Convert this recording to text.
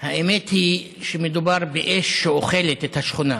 האמת היא שמדובר באש שאוכלת את השכונה,